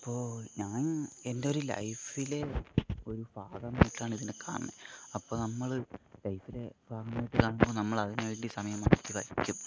അപ്പോൾ ഞാൻ എൻറ്റൊരു ലൈഫില് ഒരു ഭാഗമായിട്ടാണ് ഇതിനെ കാണുന്നത് അപ്പോൾ നമ്മള് ലൈഫില് ഭാഗമായിട്ട് കാണുമ്പോൾ നമ്മള് അതിന് വേണ്ടി സമയം മാറ്റിവെക്കും